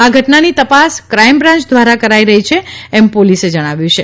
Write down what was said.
આ ઘટનાની તપાસ કાઇમ બ્રાન્ય દ્વારા કરાઇ રહી છે એમ પોલીસે જણાવ્યું છે